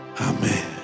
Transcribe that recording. Amen